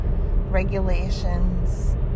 regulations